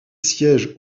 siège